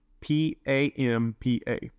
P-A-M-P-A